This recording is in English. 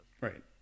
Right